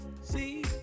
see